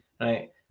Right